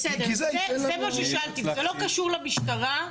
בסדר, זה מה ששאלתי וזה לא קשור למשטרה.